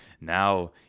Now